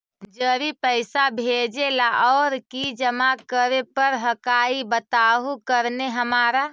जड़ी पैसा भेजे ला और की जमा करे पर हक्काई बताहु करने हमारा?